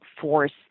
force